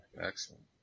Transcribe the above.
Excellent